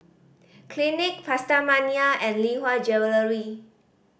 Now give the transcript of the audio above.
Clinique PastaMania and Lee Hwa Jewellery